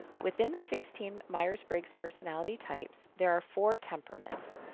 within the sixteen myers-briggs personality types, there are four temperaments,